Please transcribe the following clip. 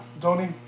Tony